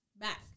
back